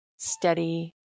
steady